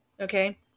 Okay